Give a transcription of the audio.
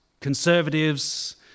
conservatives